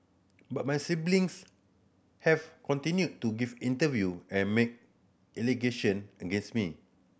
but my siblings have continued to give interview and make allegation against me